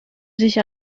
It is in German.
sich